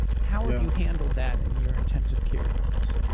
how will you handle that in your intensive care units?